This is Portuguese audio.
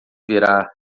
virar